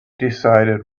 decided